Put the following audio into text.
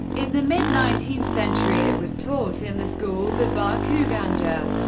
in the mid nineteenth century, it was taught in the schools of baku, ganja,